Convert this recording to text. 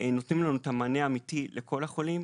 נותנות לנו את המענה האמיתי לכל החולים,